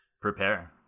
prepare